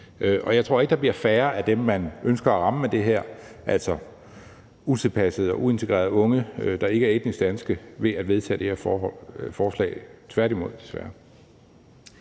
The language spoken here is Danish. Og jeg tror ikke, der bliver færre af dem, man ønsker at ramme med det her, altså utilpassede og uintegrerede unge, der ikke er etnisk danske, ved at vedtage det her forslag – desværre